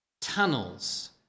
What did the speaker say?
tunnels